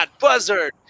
Buzzard